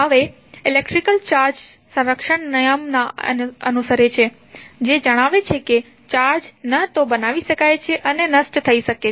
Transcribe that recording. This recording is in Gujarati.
હવે ઇલેક્ટ્રિક ચાર્જ સંરક્ષણના નિયમ ને અનુસરે છે જે જણાવે છે કે ચાર્જ ન તો બનાવી શકાય છે અને નષ્ટ થઈ શકે છે